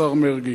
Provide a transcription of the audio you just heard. השר מרגי.